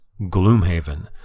Gloomhaven